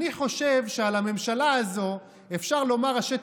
אני חושב שעל הממשלה הזו אפשר לומר ראשי